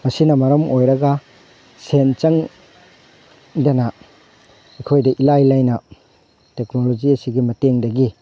ꯃꯁꯤꯅ ꯃꯔꯝ ꯑꯣꯏꯔꯒ ꯁꯦꯟ ꯆꯪꯗꯅ ꯑꯩꯈꯣꯏꯗ ꯏꯂꯥꯏ ꯂꯥꯏꯅ ꯇꯦꯛꯅꯣꯂꯣꯖꯤꯒꯤ ꯃꯇꯦꯡꯗꯒꯤ